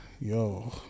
Yo